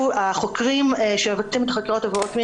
החוקרים שמבצעים את חקירות עבירות מין